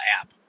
app